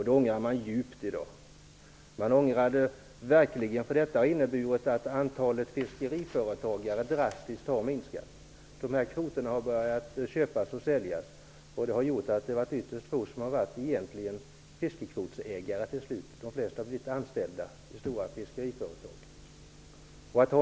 De länderna ångrar dessa kvoter djupt i dag. Antalet fiskeriföretag har minskat drastiskt. Kvoterna har börjat köpas och säljas. Till slut har ytterst få varit fiskekvotsägare. De flesta har blivit anställda i stora fiskeriföretag.